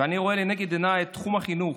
ואני רואה לנגד עיניי את תחום החינוך.